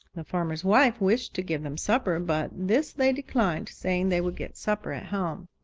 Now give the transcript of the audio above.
the farmer's wife wished to give them supper, but this they declined, saying they would get supper at home.